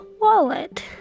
wallet